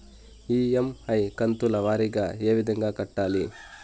EMI కంతుల వారీగా ఏ విధంగా కట్టాలి